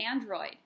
Android